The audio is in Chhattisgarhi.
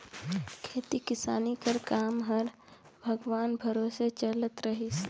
खेती किसानी कर काम हर भगवान भरोसे चलत रहिस